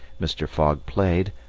mr. fogg played,